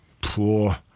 Poor